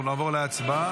אנחנו נעבור להצבעה.